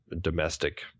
domestic